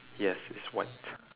yes it's white